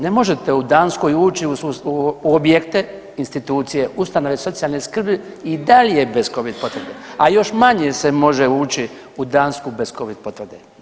Ne možete u Danskoj ući u objekte, institucije socijalne skrbi i dalje bez Covid potvrde, a još manje se može ući u Dansku bez Covid potvrde.